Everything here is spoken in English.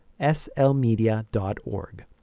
slmedia.org